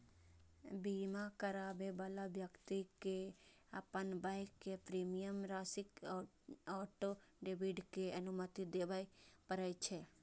बीमा कराबै बला व्यक्ति कें अपन बैंक कें प्रीमियम राशिक ऑटो डेबिट के अनुमति देबय पड़ै छै